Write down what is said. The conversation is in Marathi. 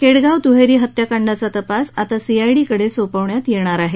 केडगाव दुहेरी हत्याकांडाचा तपास आता सीआयडीकडे सोपवण्यात येणार आहे